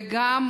וגם